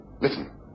Listen